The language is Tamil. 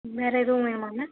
வேறு எதுவும் வேணுமாங்க